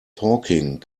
talking